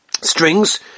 strings